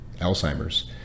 alzheimer's